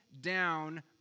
down